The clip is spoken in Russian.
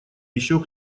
еще